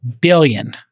billion